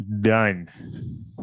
done